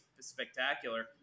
spectacular